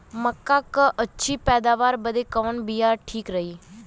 मक्का क अच्छी पैदावार बदे कवन बिया ठीक रही?